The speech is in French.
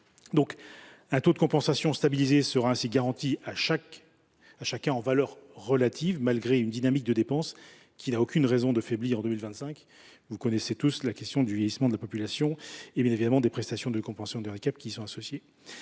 2024. Un taux de compensation stabilisé sera ainsi garanti à chaque département en valeur relative, malgré une dynamique de dépenses qui n’a aucune raison de faiblir en 2025. Vous connaissez tous la problématique du vieillissement de la population et les prestations de compensation du handicap qui y sont associées.